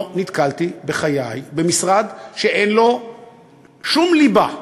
אני לא נתקלתי בחיי במשרד שאין לו שום ליבה,